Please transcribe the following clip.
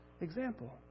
example